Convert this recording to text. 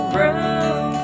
room